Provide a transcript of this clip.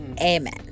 Amen